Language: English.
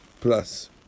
Plus